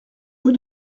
rue